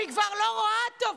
אני כבר לא רואה טוב.